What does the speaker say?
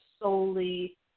Solely